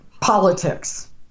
politics